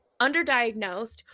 underdiagnosed